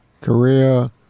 Korea